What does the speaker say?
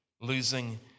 losing